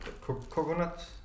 coconut